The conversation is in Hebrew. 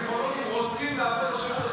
הפסיכולוגים רוצים לעבוד בשירות הציבורי.